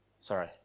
Sorry